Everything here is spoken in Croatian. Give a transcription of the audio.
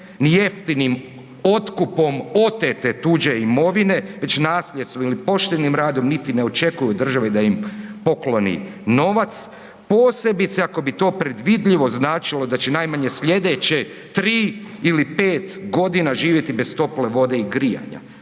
ni jeftinijim otkupom otete tuđe imovine, već nasljedstvom ili poštenim radom, niti ne očekuju od države da im pokloni novac, posebice ako bi to predvidljivo značilo da će najmanje sljedeće 3 ili 5.g. živjeti bez tople vode i grijanja.